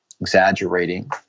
exaggerating